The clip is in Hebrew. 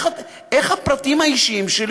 איך הפרטים האישיים שלי